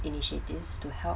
initiatives to help